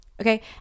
Okay